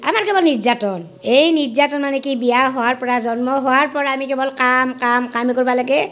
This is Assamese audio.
আমাৰ কেৱল নিৰ্যাতন এই নিৰ্যাতন মানে কি বিয়া হোৱাৰ পৰা জন্ম হোৱাৰ পৰা আমি কেৱল কাম কাম কামেই কৰবা লাগে